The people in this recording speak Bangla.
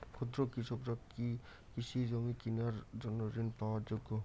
ক্ষুদ্র কৃষকরা কি কৃষিজমি কিনার জন্য ঋণ পাওয়ার যোগ্য?